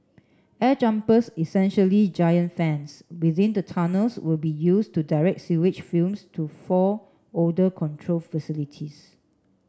air jumpers essentially giant fans within the tunnels will be used to direct sewage fumes to four odour control facilities